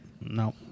No